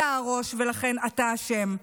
אתה הראש ולכן אתה אשם.